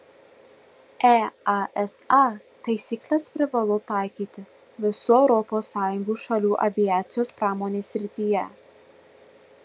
easa taisykles privalu taikyti visų europos sąjungos šalių aviacijos pramonės srityje